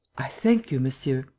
i thank you, monsieur.